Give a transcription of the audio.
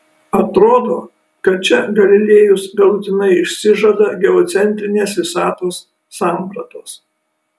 atrodo kad čia galilėjus galutinai išsižada geocentrinės visatos sampratos